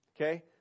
okay